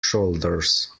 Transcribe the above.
shoulders